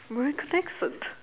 american accent